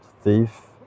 thief